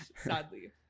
sadly